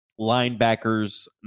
linebackers